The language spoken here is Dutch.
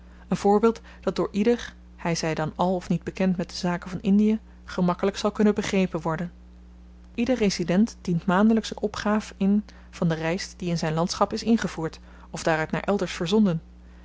een voorbeeld dat door ieder hy zy dan al of niet bekend met de zaken van indie gemakkelyk zal kunnen begrepen worden ieder resident dient maandelyks een opgaaf in van de ryst die in zyn landschap is ingevoerd of daaruit naar elders verzonden